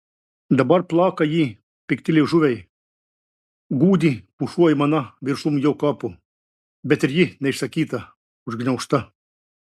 dabar plaka jį pikti liežuviai gūdi pušų aimana viršum jo kapo bet ir ji neišsakyta užgniaužta